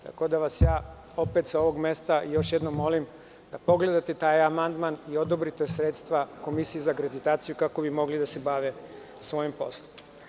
Tako da vas sa ovog mesta još jednom molim da pogledate taj amandman i odobrite sredstva Komisiji za akreditaciju kako bi mogli da se bave svojim poslom.